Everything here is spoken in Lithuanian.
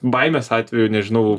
baimės atveju nežinau